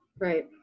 Right